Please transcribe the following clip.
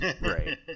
Right